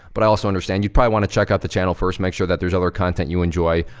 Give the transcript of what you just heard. but, i also understand you prolly' wanna check out the channel, first. make sure that there's other content you enjoy.